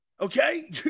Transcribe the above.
okay